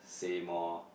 say more